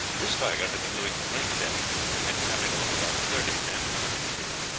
this tiger had been doing great damage, and had carried off about thirty men, women, and children.